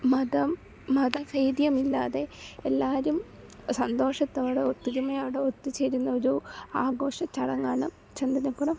മതം മതഭേദമില്ലാതെ എല്ലാവരും സന്തോഷത്തോടെ ഒത്തൊരുമയോടെ ഒത്തു ചേരുന്നൊരു ആഘോഷചടങ്ങാണ് ചന്ദനക്കുടം